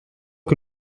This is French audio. que